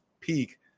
peak